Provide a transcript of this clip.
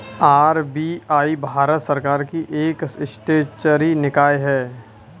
RBI भारत सरकार की एक स्टेचुअरी निकाय है